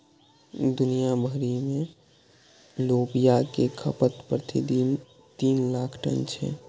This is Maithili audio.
दुनिया भरि मे लोबिया के खपत प्रति दिन तीन लाख टन छै